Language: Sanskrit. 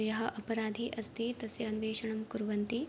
यः अपराधी अस्ति तस्य अन्वेषणं कुर्वन्ति